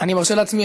אני מרשה לעצמי,